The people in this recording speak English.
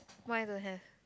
mine don't have